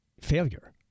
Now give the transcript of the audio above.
failure